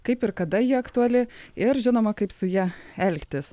kaip ir kada ji aktuali ir žinoma kaip su ja elgtis